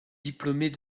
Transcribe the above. diplômée